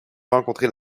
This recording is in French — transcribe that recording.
rencontrés